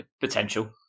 potential